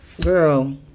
Girl